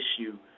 issue